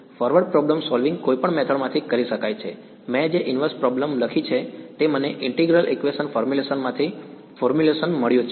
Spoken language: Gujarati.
ફોરવર્ડ પ્રોબ્લેમ સોલ્વિંગ કોઈપણ મેથડ માંથી કરી શકાય છે મેં જે ઇનવર્સ પ્રોબ્લેમ લખી છે તે મને ઇન્ટિગ્રલ ઇક્વેશન ફોર્મ્યુલેશન માંથી ફોર્મ્યુલેશન મળ્યું છે